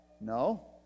No